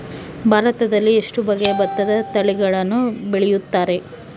ಭಾರತದಲ್ಲಿ ಎಷ್ಟು ಬಗೆಯ ಭತ್ತದ ತಳಿಗಳನ್ನು ಬೆಳೆಯುತ್ತಾರೆ?